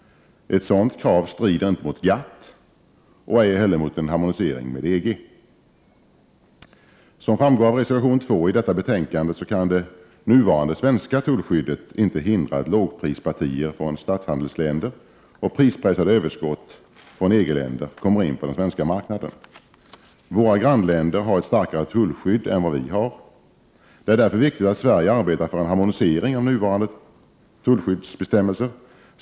Ett sådant krav strider inte mot GATT och ej heller mot en harmonisering med EG: Som framgår av reservation 2 i detta betänkande kan det nuvarande svenska tullskyddet inte hindra att lågprispartier från statshandelsländer och prispressade överskottspartier från EG-länder kommer in på den svenska marknaden. Våra grannländer har ett starkare tullskydd än vad vi har. Det är därför viktigt att Sverige arbetar för en harmonisering av nuvarande tullskyddsbestämmelser.